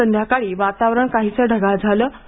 संध्याकाळी वातावरण काहीसं ढगाळ झालं होतं